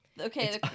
okay